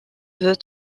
veut